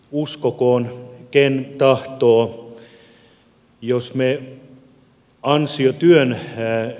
uskokoon ken tahtoo